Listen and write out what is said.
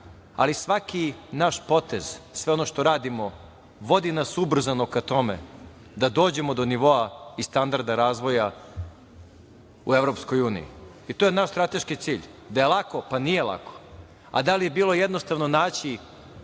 Ali, svaki naš potez, sve ono što radimo, vodi nas ubrzano ka tome da dođemo do nivoa i standarda razvoja u EU. I to je naš strateški cilj. Da je lako, pa nije lako. Da li je bilo jednostavno naći